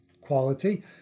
quality